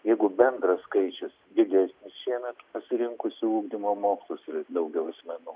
jeigu bendras skaičius didės šiemet surinks į ugdymo mokslus ir daugiau asmenų